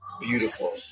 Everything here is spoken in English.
beautiful